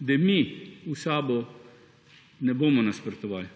da mi v SAB-u ne bomo nasprotovali.